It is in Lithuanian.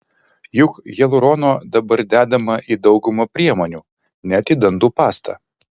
juk hialurono dabar dedama į daugumą priemonių net į dantų pastą